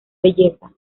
belleza